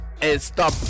stop